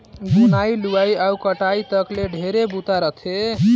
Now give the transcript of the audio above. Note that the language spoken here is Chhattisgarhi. बुनई, लुवई अउ कटई तक ले ढेरे बूता रहथे